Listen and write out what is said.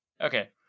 Okay